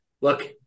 look